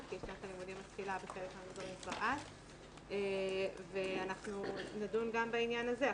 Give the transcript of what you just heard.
כי שנת הלימודים בחלק מהמגזרים כבר אז ואנחנו נדון גם בעניין הזה.